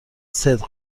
صدق